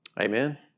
Amen